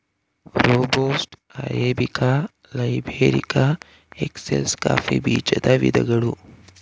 robusta, arabica, liberica, excelsa coffee ಬೀಜದ ವಿಧಗಳು